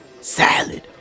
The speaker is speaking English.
Salad